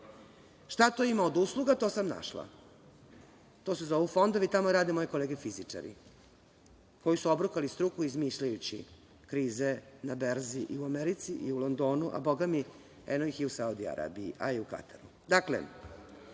Šta ima od usluga? To sam našla. To su se zovu fondovi. Tamo rade moje kolege fizičari, koji su obrukali struku izmišljajući krize na berzi i u Americi i u Londonu, a boga mi eno ih i u Saudi Arabiji, a i u Kataru. Dakle,